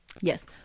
Yes